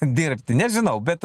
dirbti nežinau bet